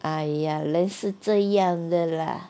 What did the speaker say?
哎呀人是这样的 lah